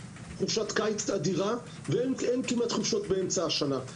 חופשת קיץ אדירה ואין כמעט חופשות באמצע השנה.